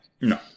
No